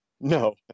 no